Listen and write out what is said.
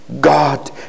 God